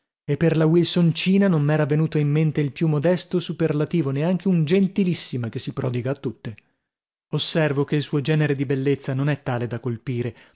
e per la wilsoncina non m'era venuto in mente il più modesto superlativo neanche un gentilissima che si prodiga a tutte osservo che il suo genere di bellezza non è tale da colpire